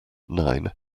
nine